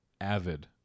avid